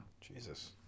Jesus